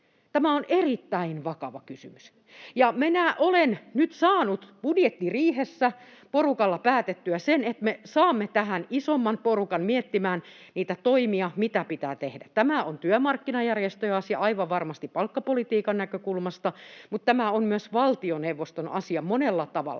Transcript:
mitä te teette tälle?] Minä olen nyt saanut budjettiriihessä porukalla päätettyä sen, että me saamme tähän isomman porukan miettimään niitä toimia, mitä pitää tehdä. Tämä on työmarkkinajärjestöjen asia aivan varmasti palkkapolitiikan näkökulmasta, mutta tämä on myös valtioneuvoston asia monella tavalla.